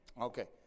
Okay